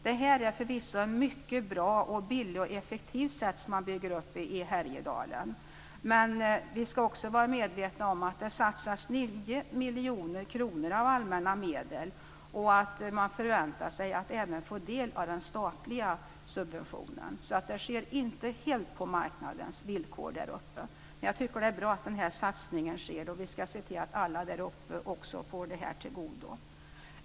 Det som man bygger upp i Härjedalen är förvisso mycket bra, billigt och effektivt, men vi ska också vara medvetna om att det satsas 9 miljoner kronor av allmänna medel och att man förväntar sig att även få del av den statliga subventionen, så det sker inte helt på marknadens villkor där uppe. Men jag tycker att det är bra att den här satsningen sker, och vi ska se till att det här också kommer alla där uppe till godo.